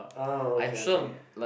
ah okay okay